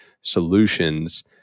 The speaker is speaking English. solutions